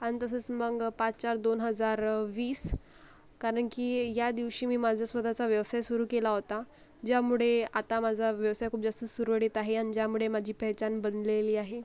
आणि तसंच मग पाच चार दोन हजार वीस कारण की या दिवशी मी माझा स्वतःचा व्यवसाय सुरू केला होता ज्यामुळे आता माझा व्यवसाय खूप जास्त सुरळीत आहे आणि ज्यामुळे माझी पेहचान बनलेली आहे